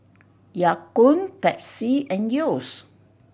Ya Kun Pepsi and Yeo's